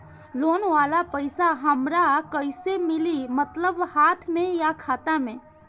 Loan वाला पैसा हमरा कइसे मिली मतलब हाथ में या खाता में?